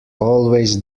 always